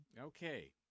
Okay